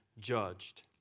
judged